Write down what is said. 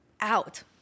out